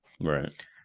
right